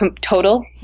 total